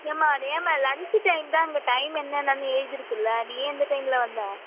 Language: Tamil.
ஏம்மா ஏம்மா லன்ச்சு டைம் தான் அங்கே டைம் என்னன்னனு எழுதியிருக்குல நீ ஏன் இந்த டைம்மில் வந்த